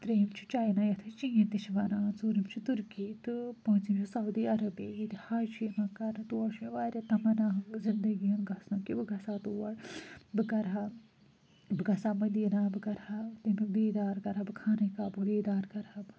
ترٛیٚیِم چھُ چینا یَتھ أسۍ چیٖن تہِ چھِ وَنان ژوٗرِم چھِ تُرکی تہٕ پٲنٛژِم چھِ سعودی عربیہ ییٚتہِ حج چھُ یِوان کَرنہٕ تور چھُ مےٚ واریاہ تَمنّہ زِندگی ہُنٛد گژھنُک کہِ بہٕ گژھٕ ہا تور بہٕ کَرٕ ہا بہٕ گژھٕ ہا مدیٖنا بہٕ کَرٕ ہا تمیُک دیدار کَرٕ ہا بہٕ خانے کابُک دیدار کرٕ ہا بہٕ